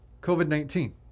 COVID-19